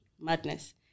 Madness